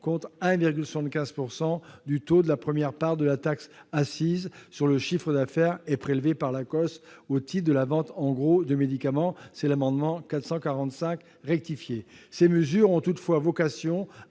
contre 1,75 % du taux de la première part de la taxe assise sur le chiffre d'affaires et prélevée par l'ACOSS au titre de la vente en gros de médicaments, prévue à l'amendement n° 445 rectifié. Ces mesures ont toutefois vocation